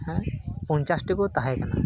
ᱦᱮᱸ ᱯᱚᱧᱪᱟᱥᱴᱤ ᱠᱚ ᱛᱟᱦᱮᱸ ᱠᱟᱱᱟ